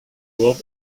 bob